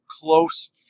close